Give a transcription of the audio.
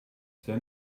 then